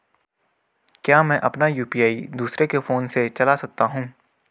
क्या मैं अपना यु.पी.आई दूसरे के फोन से चला सकता हूँ?